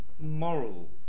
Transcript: moral